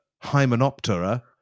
Hymenoptera